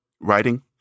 writing